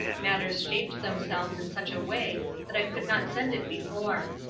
matters shaped themselves in such a way that i could not send it before.